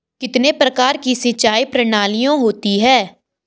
कितने प्रकार की सिंचाई प्रणालियों होती हैं?